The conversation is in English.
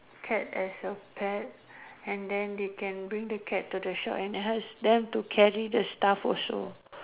cat as a pets and then they can bring the cat to the shop and then ask them to carry the stuff also